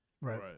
right